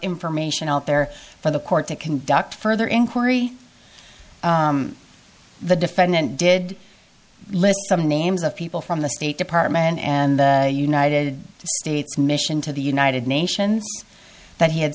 information out there for the court to conduct further inquiry the defendant did list some names of people from the state department and the united states mission to the united nations that he had